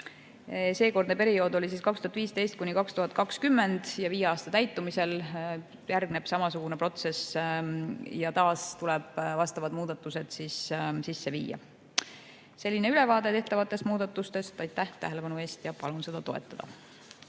Seekordne periood oli 2015–2020 ja viie aasta täitumisel järgneb samasugune protsess, taas tuleb vastavad muudatused sisse viia. Selline ülevaade tehtavatest muudatustest. Aitäh tähelepanu eest ja palun seda toetada!